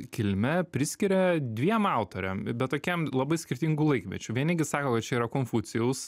kilme priskiria dviem autoriam bet tokiem labai skirtingų laikmečių vieni gi sako kad čia yra konfucijaus